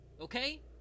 okay